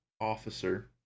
officer